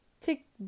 take